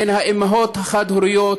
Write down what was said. הן האימהות החד-הוריות,